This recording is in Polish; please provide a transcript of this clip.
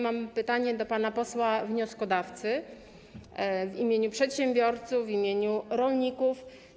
Mam pytanie do pana posła wnioskodawcy w imieniu przedsiębiorców, w imieniu rolników.